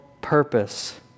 purpose